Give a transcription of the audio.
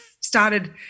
started